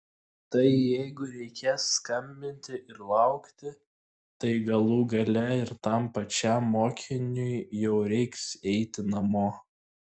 tai jeigu reikės skambinti ir laukti tai galų gale ir tam pačiam mokiniui jau reiks eiti namo